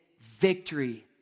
victory